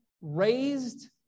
raised